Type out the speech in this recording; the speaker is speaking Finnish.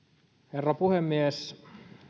herra puhemies